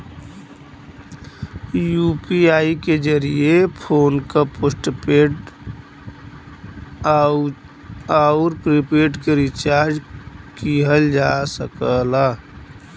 UPI के जरिये phone क पोस्टपेड आउर प्रीपेड के रिचार्ज किहल जा सकला